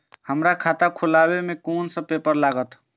हमरा खाता खोलाबई में कुन सब पेपर लागत?